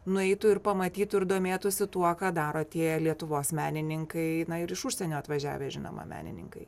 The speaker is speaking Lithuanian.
nueitų ir pamatytų ir domėtųsi tuo ką daro tie lietuvos menininkai na ir iš užsienio atvažiavę žinoma menininkai